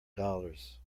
dollars